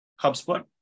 HubSpot